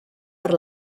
per